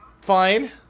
fine